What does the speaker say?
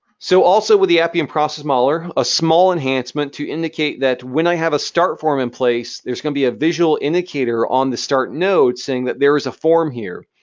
so, also with the appian process modeler, a small enhancement to indicate that when i have a start form in place, there's going to be a visual indicator on the start node saying that there is a form here.